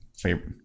favorite